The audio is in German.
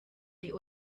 die